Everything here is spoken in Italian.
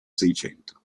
seicento